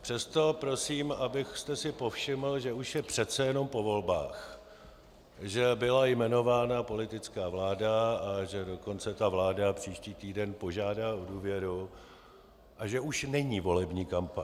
Přesto prosím, abyste si povšiml, že už je přece jenom po volbách, že byla jmenována politická vláda, a že dokonce ta vláda příští týden požádá o důvěru a že už není volební kampaň.